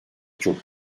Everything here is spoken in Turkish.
çok